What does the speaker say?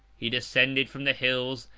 he descended from the hills,